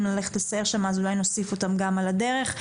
ללכת לסייר שם אז אולי נוסיף אותם גם על הדרך,